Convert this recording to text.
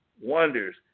wonders